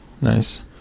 nice